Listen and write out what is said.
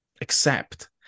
accept